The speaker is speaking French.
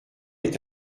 est